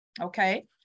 Okay